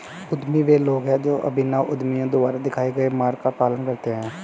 उद्यमी वे लोग हैं जो अभिनव उद्यमियों द्वारा दिखाए गए मार्ग का पालन करते हैं